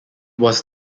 was